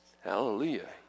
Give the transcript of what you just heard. Hallelujah